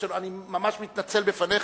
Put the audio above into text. אני ממש מתנצל בפניך,